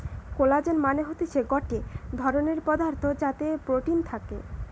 collagen মানে হতিছে গটে ধরণের পদার্থ যাতে প্রোটিন থাকে